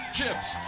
Chips